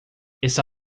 está